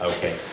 Okay